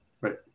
Right